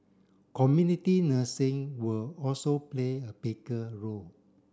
community nursing will also play a bigger role